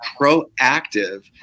proactive